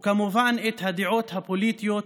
וכמובן, את הדעות הפוליטיות,